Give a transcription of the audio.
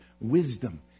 Wisdom